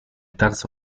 terzo